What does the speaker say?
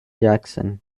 jackson